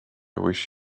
wish